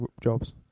jobs